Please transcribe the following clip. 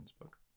book